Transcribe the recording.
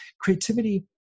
creativity